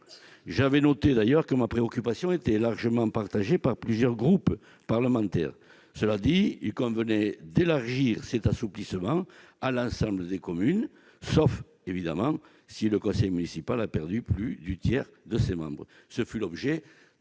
j'avais noté d'ailleurs que ma préoccupation était largement partagée par plusieurs groupes parlementaires, cela dit, il convenait d'élargir cet assouplissement à l'ensemble des communes, sauf évidemment si le conseil municipal a perdu plus du tiers de ses membres, ce fut l'objet